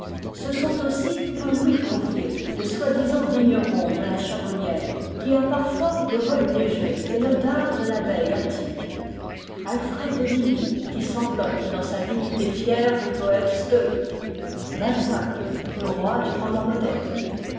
ce sont aussi paul louis courier le soi-disant vigneron de la chavonnière qui a parfois le vol léger et le dard de l'abeille attique alfred de vigny qui s'enveloppe dans sa dignité fière de poète stoïque balzac le roi du roman moderne